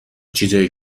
چیزایی